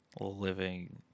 living